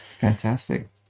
Fantastic